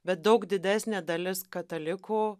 bet daug didesnė dalis katalikų